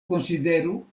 konsideru